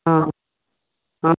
অঁ অঁ